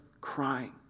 crying